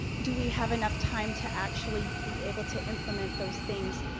do we have enough time to actually be able to implement those things?